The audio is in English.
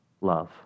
love